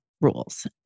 rules